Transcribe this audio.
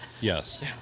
Yes